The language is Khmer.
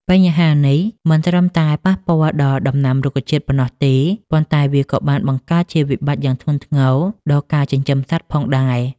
បញ្ហានេះមិនត្រឹមតែប៉ះពាល់ដល់ដំណាំរុក្ខជាតិប៉ុណ្ណោះទេ ប៉ុន្តែវាក៏បានបង្កើតជាវិបត្តិយ៉ាងធ្ងន់ធ្ងរដល់ការចិញ្ចឹមសត្វផងដែរ។